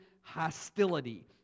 hostility